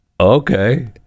okay